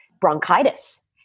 bronchitis